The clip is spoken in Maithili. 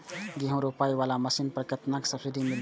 गेहूं रोपाई वाला मशीन पर केतना सब्सिडी मिलते?